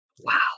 Wow